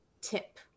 tip